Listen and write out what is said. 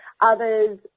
Others